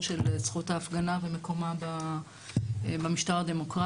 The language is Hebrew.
של זכות ההפגנה ומקומה במשטר הדמוקרטי.